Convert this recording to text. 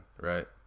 Right